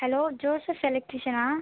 hello Joseph எலெக்ட்ரிஷனா